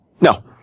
No